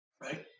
right